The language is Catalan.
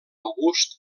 august